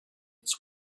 its